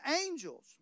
angels